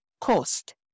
cost